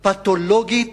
פתולוגית,